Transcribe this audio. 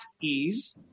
ease